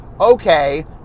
okay